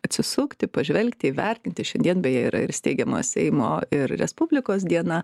atsisukti pažvelgti įvertinti šiandien beje yra ir steigiamojo seimo ir respublikos diena